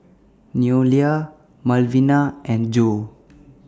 Noelia Malvina and Jo